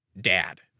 dad